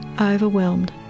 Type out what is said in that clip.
overwhelmed